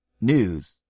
news